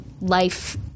life